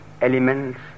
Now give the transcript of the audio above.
elements